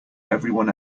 everyone